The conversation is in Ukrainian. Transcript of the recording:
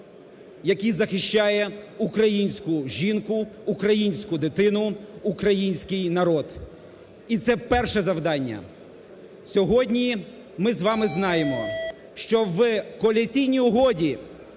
який захищає українську жінку, українську дитину, український народ. І це перше завдання. Сьогодні ми з вами знаємо, що в Коаліційній угоді